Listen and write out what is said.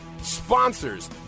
sponsors